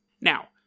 Now